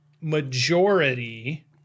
majority